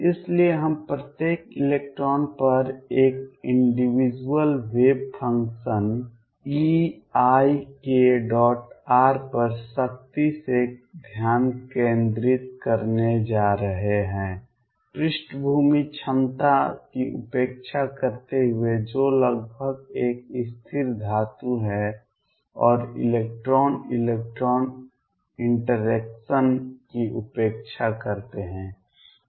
इसलिए हम प्रत्येक इलेक्ट्रॉन पर एक इंडिविजुअल वेव फंक्शन eikr पर सख्ती से ध्यान केंद्रित करने जा रहे हैं पृष्ठभूमि क्षमता की उपेक्षा करते हुए जो लगभग एक स्थिर धातु है और इलेक्ट्रॉन इलेक्ट्रॉन इंटरेक्शन की उपेक्षा करते हैं